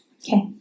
Okay